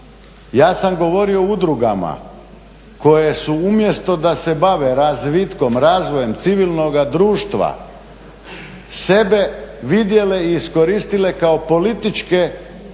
Ja sam govorio o udrugama koje su umjesto da se bave razvitkom, razvojem civilnoga društva, sebe vidjele i iskoristile kao političke faktore